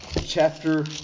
Chapter